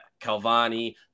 Calvani